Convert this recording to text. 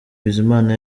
bizimana